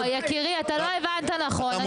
לא יקירי אתה לא הבנת נכון,